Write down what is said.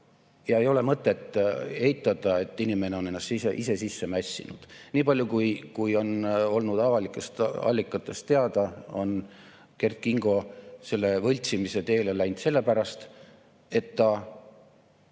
Ei ole mõtet eitada, et inimene on ennast ise sisse mässinud. Nii palju, kui on olnud avalikest allikatest teada, on Kert Kingo selle võltsimise teele läinud sellepärast, et ta